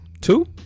Two